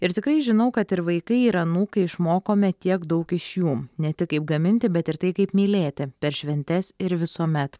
ir tikrai žinau kad ir vaikai ir anūkai išmokome tiek daug iš jų ne tik kaip gaminti bet ir tai kaip mylėti per šventes ir visuomet